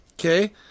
okay